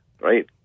right